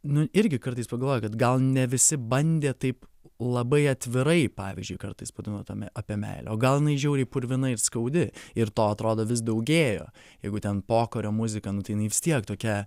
nu irgi kartais pagalvoju kad gal ne visi bandė taip labai atvirai pavyzdžiui kartais padainuotume apie meilę o gal jinai žiauriai purvina ir skaudi ir to atrodo vis daugėjo jeigu ten pokario muzika nu tai jinai vis tiek tokia